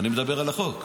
אני מדבר על החוק.